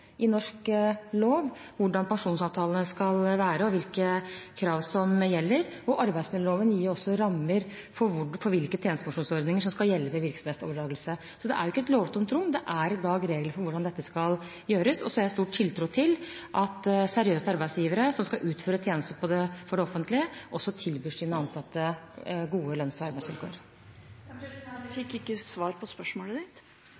i norsk lov hvordan pensjonsavtalene skal være, og hvilke krav som gjelder, og arbeidsmiljøloven gir også rammer for hvilke tjenestepensjonsordninger som skal gjelde ved virksomhetsoverdragelse. Så det er jo ikke et lovtomt rom, det er i dag regler for hvordan dette skal gjøres. Så har jeg stor tiltro til at seriøse arbeidsgivere som skal utføre tjenester for det offentlige, også tilbyr sine ansatte gode lønns- og